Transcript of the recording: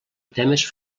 temes